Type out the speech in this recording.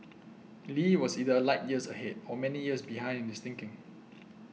Lee was either light years ahead or many years behind in his thinking